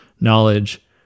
knowledge